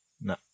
No